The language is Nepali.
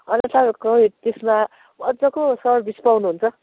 अन्त तपाईँको त्यसमा मज्जाको सर्भिस पाउनुहुन्छ